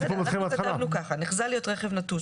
לכן כתבנו כך: "נחזה להיות רכב נטוש",